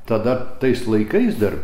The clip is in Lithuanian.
tada tais laikais dar